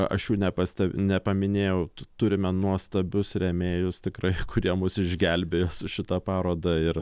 aš jų nepastebi jų nepaminėjau turime nuostabius rėmėjus tikrai kurie mus išgelbėjo su šita paroda ir